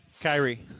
Kyrie